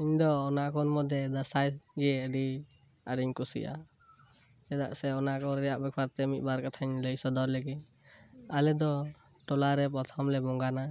ᱤᱧ ᱫᱚ ᱚᱱᱟ ᱠᱚ ᱢᱩᱫᱽ ᱨᱮ ᱫᱟᱸᱥᱟᱭ ᱜᱮ ᱟᱹᱰᱤ ᱟᱸᱴ ᱤᱧ ᱠᱩᱥᱤᱭᱟᱜ ᱜᱮᱭᱟ ᱪᱮᱫᱟᱜ ᱥᱮ ᱚᱱᱟ ᱠᱚ ᱨᱮᱭᱟᱜ ᱵᱮᱯᱟᱨ ᱛᱮ ᱢᱤᱫᱵᱟᱨ ᱠᱟᱛᱷᱟᱧ ᱞᱟᱹᱭ ᱥᱚᱫᱚᱨ ᱞᱮᱜᱮ ᱟᱞᱮ ᱫᱚ ᱴᱚᱞᱟ ᱨᱮ ᱯᱨᱚᱛᱷᱚᱢ ᱞᱮ ᱵᱚᱸᱜᱟᱱᱟ